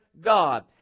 God